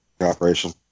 operation